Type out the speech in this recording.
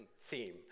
theme